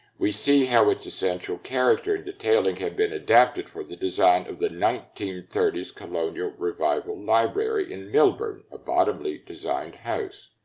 we see how its essential character and detailing had been adapted for the design of the nineteen thirty s colonial revival library in milburne, a bottomley-designed house.